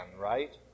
right